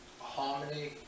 Harmony